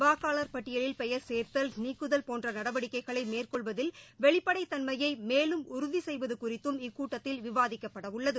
வாக்காளர் பட்டியலில் பெயர் சேர்த்தல் நீக்குதல் போன்ற நடவடிக்கைகளை மேற்கொள்வதில் வெளிப்படைதள்மையை மேலும் உறுதி செய்வது குறித்தும் இக்கூட்டத்தில் விவாதிக்கப்பட உள்ளது